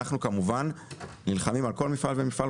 אנחנו כמובן נלחמים על כל מפעל ומפעל,